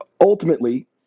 ultimately